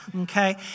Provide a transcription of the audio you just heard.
okay